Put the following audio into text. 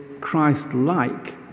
Christ-like